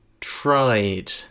tried